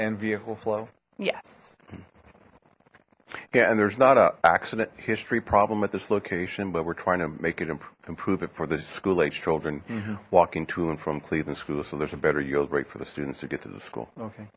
and vehicle flow yes yeah and there's not a accident history problem at this location but we're trying to make it improve it for the school aged children walking to and from cleveland school so there's a better yield right for the students to get to the school okay